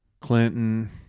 Clinton